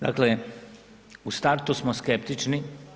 Dakle, u startu smo skeptični.